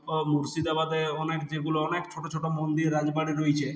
ও মুর্শিদাবাদে অনেক যেগুলো অনেক ছোটো ছোটো মন্দির রাজবাড়ি রয়েছে